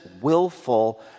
willful